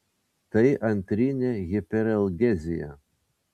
tai antrinė hiperalgezija